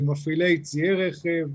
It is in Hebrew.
מפעילי ציי רכב,